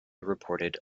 reported